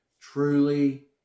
truly